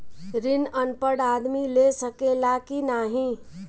ऋण अनपढ़ आदमी ले सके ला की नाहीं?